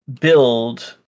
build